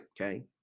Okay